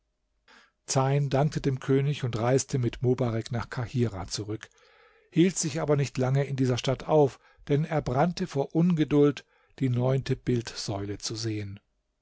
zeyn dankte dem könig und reiste mit mobarek nach kahirah zurück hielt sich aber nicht lange in dieser stadt auf denn er brannte vor ungeduld die neunte bildsäule zu sehen